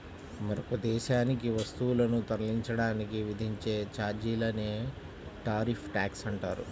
మరొక దేశానికి వస్తువులను తరలించడానికి విధించే ఛార్జీలనే టారిఫ్ ట్యాక్స్ అంటారు